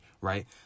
right